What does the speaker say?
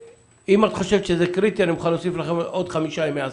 אם את חושבת שזה קריטי אני מוכן להוסיף לכם עוד חמישה ימי עסקים,